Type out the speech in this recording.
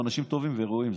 הם אנשים טובים וראויים,